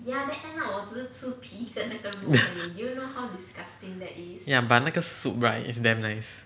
ya but 那个 soup right it's damn nice